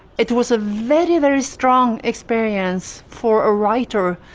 it was a very, very strong experience for a writer,